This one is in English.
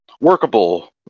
workable